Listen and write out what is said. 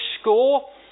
score